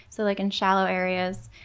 so like in shallow areas,